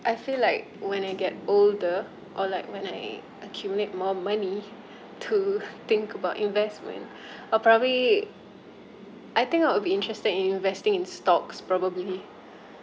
I feel like when I get older or like when I accumulate more money to think about investment I'll probably I think I would be interested in investing in stocks probably